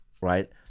right